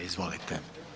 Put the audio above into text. Izvolite.